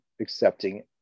accepting